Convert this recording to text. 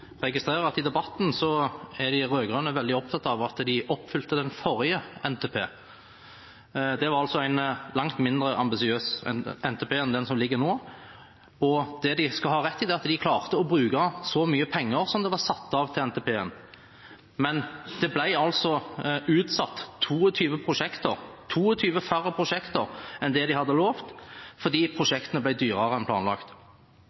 de rød-grønne veldig opptatt av at de oppfylte den forrige NTP. Det var en langt mindre ambisiøs NTP enn den som foreligger nå. De skal ha rett i at de klarte å bruke så mye penger som det var satt av til NTP-en, men 22 prosjekter ble utsatt – 22 færre prosjekter enn det de hadde lovet – fordi prosjektene ble dyrere enn planlagt.